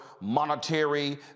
monetary